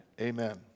Amen